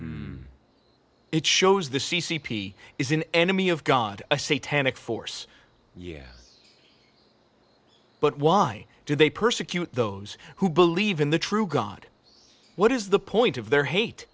it shows the c c p is an enemy of god a satanic force yeah but why do they persecute those who believe in the true god what is the point of their hate